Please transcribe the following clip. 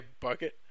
bucket